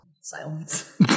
Silence